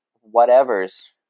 whatever's